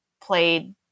played